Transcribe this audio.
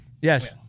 Yes